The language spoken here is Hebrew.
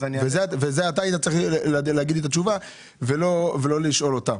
אתה היית צריך להגיד לי את התשובה ולא לשאול אותם.